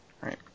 right